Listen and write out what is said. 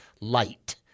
light